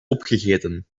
opgegeten